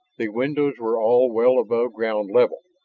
the windows were all well above ground level,